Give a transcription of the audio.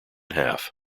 half